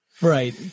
Right